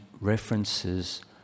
references